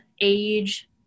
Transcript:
age